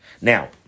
Now